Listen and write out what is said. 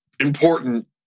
important